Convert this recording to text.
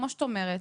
כמו שאת אומרת,